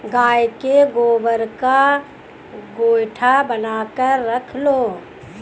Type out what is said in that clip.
गाय के गोबर का गोएठा बनाकर रख लो